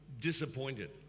disappointed